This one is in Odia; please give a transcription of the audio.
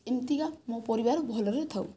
ଏମିତିକା ମୋ ପରିବାର ଭଲରେ ଥାଉ